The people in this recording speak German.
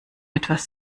etwas